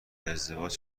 ازدواج